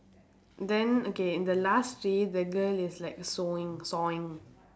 then okay the last see the girl is like sewing sawing